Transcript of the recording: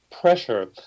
pressure